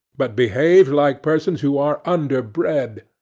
but behaved like persons who are underbred.